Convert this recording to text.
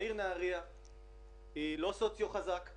העיר נהריה היא לא במצב סוציו-אקונומי חזק,